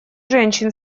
женщин